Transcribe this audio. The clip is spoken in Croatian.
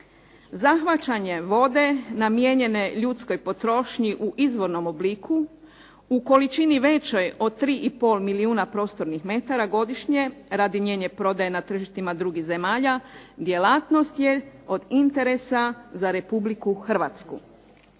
Zahvaćanje vode namijenjene ljudskoj potrošnji u izvornom obliku, u količini većoj od 3 i pol milijuna prostornih metara godišnje, …/Govornica se ne razumije./… je prodaja na tržištima drugih zemalja, djelatnost je od interesa za Republiku Hrvatsku.